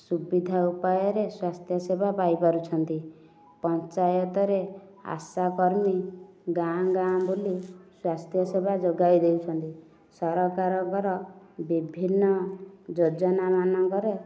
ସୁବିଧା ଉପାୟରେ ସ୍ୱାସ୍ଥ୍ୟସେବା ପାଇପାରୁଛନ୍ତି ପଞ୍ଚାୟତରେ ଆଶାକର୍ମୀ ଗାଁ ଗାଁ ବୁଲି ସ୍ୱାସ୍ଥ୍ୟସେବା ଯୋଗାଇ ଦେଉଛନ୍ତି ସରକାରଙ୍କର ବିଭିନ୍ନ ଯୋଜନା ମାନଙ୍କରେ